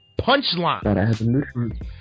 Punchline